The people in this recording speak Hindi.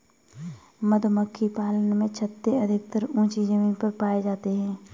मधुमक्खी पालन में छत्ते अधिकतर ऊँची जमीन पर पाए जाते हैं